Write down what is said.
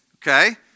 Okay